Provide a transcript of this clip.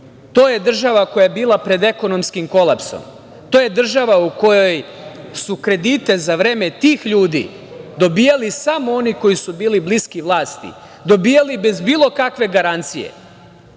To je država koja je bila pred ekonomskim kolapsom. To je država u kojoj su kredite za vreme tih ljudi dobijali samo oni koji su bili bliski vlasti, dobijali bez bilo kakve garancije,